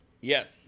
Yes